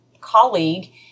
colleague